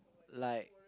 like